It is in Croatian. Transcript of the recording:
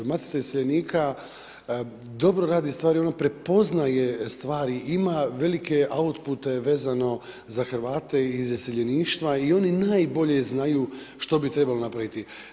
Matica iseljenika dobro radi stvari, ona prepoznaje stvari, ima velike outpute vezano za Hrvate iz iseljeništva i oni najbolje znaju što bi trebalo napraviti.